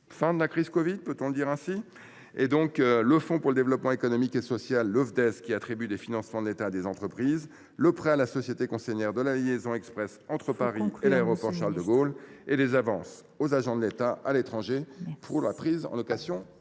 fin de la crise de la covid 19. Ainsi, seuls le fonds pour le développement économique et social (FDES), qui attribue des financements de l’État à des entreprises, le prêt à la société concessionnaire de la liaison express entre Paris et l’aéroport Paris Charles de Gaulle et les « Avances aux agents de l’État à l’étranger pour la prise en location